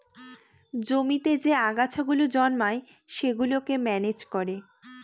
জমিতে যে আগাছা গুলো জন্মায় সেগুলোকে ম্যানেজ করে